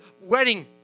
wedding